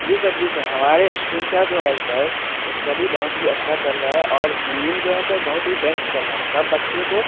जी sir जी sir हमारे school का जो है सर अस्टडी बहुत ही अच्छा चल रहा है और सिंगिंग जो है सर बहुत ही बेस्ट चल रहा है सब बच्चे को